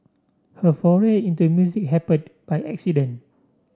her foray into music happened by accident